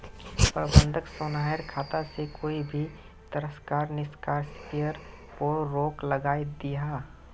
प्रबंधक सोहानेर खाता से कोए भी तरह्कार निकासीर पोर रोक लगायें दियाहा